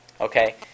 okay